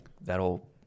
that'll